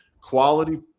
quality